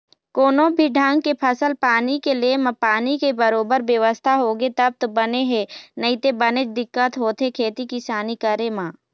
कोनो भी ढंग के फसल पानी के ले म पानी के बरोबर बेवस्था होगे तब तो बने हे नइते बनेच दिक्कत होथे खेती किसानी करे म